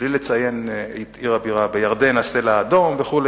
בלי לציין את עיר הבירה, בירדן הסלע האדום וכו'.